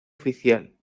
oficial